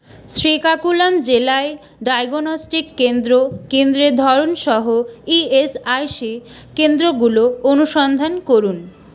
শ্রীকাকুলাম জেলায় ডায়াগনস্টিক কেন্দ্র কেন্দ্রের ধরন সহ ই এস আই সি কেন্দ্রগুলো অনুসন্ধান করুন